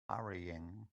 hurrying